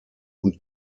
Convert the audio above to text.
und